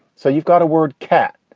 so you've got a word, cat.